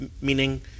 meaning